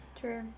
True